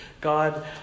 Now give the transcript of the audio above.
God